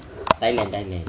thailand thailand